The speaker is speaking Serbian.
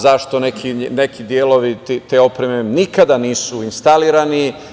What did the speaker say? Zašto neki delovi te opreme nikada nisu instalirani?